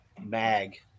mag